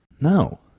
No